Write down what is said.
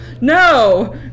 no